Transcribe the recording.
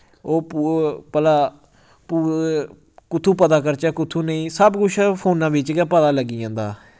ओह् पू भला पू कु'त्थुं पता करचै कु'त्थु नेईं सब कुछ फोना बिच्च गै पता लग्गी जंदा